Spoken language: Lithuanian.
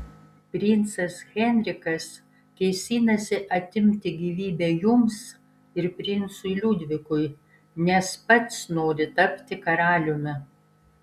princas henrikas kėsinasi atimti gyvybę jums ir princui liudvikui nes pats nori tapti karaliumi